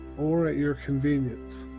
or at your convenience.